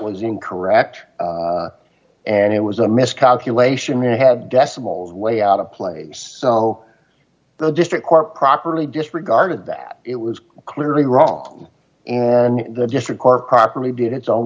was incorrect and it was a miscalculation it had decibels way out of place so the district court properly disregarded that it was clearly wrong and the district court properly did its own